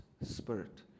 spirit